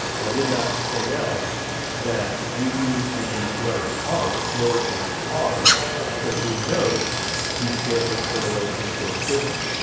and i did not point out that we use the letter r, lowercase r to denote the sample correlation coefficient.